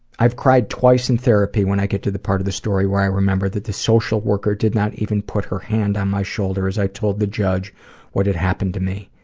i've cried twice in therapy when i get to the part of the story where i remember that the social worker did not even put her hand on my shoulder as i told the judge what had happened to me.